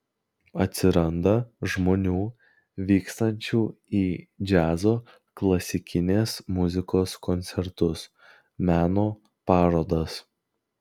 atsiranda žmonių vykstančių į džiazo klasikinės muzikos koncertus meno parodas